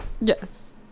Yes